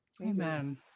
Amen